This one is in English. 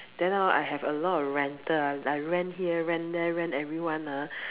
then hor I have a lot of rental ah like rent here rent there rent everyone ah